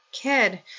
kid